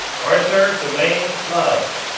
arthur dewayne love,